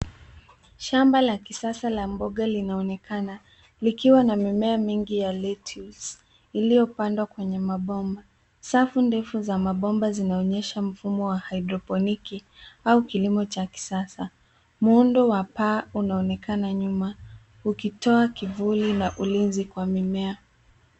Shamba la kisasa la mboga linaonekana likiwa na mimea mingi ya lettuce iliyopandwa kwenye mabomba. Safu ndefu za mabomba zinaonyesha mfumo wa hydroponic au kilimo cha kisasa. Muundo wa paa unaonekana nyuma ukitoa kivuli na ulinzi kwa mimea.